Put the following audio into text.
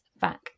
back